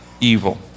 evil